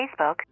Facebook